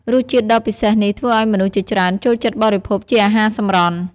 រសជាតិដ៏ពិសេសនេះធ្វើឲ្យមនុស្សជាច្រើនចូលចិត្តបរិភោគជាអាហារសម្រន់។